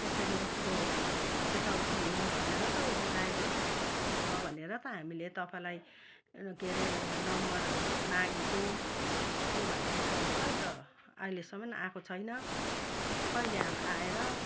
यसरी उसको यता उती हिँड्नु भनेर त उसको ड्राइभर छ भनेर त हामीले तपाईँलाई के अरे नम्बर मागेको यो भाइले त अन्त खै त अहिलेसम्म आएको छैन कहिले अब आएर